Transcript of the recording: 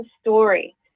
story